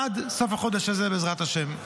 עד סוף החודש הזה בעזרת השם.